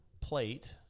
plate